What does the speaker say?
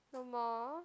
no more